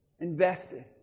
Invested